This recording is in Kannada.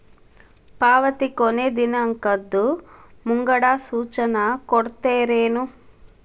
ಪಾವತಿ ಕೊನೆ ದಿನಾಂಕದ್ದು ಮುಂಗಡ ಸೂಚನಾ ಕೊಡ್ತೇರೇನು?